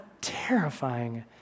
terrifying